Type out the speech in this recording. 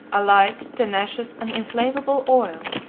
a light, tenacious, and inflammable oil,